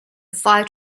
fight